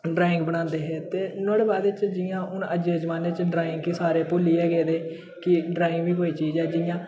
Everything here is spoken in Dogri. ड्राइंग बनांदे हे ते नोहाड़े बारे च जि'यां हून अज्ज दे जमने च ड्राइंग गी सारे भुल्ली ऐ गेदे कि ड्राइंग बी कोई चीज ऐ जि'यां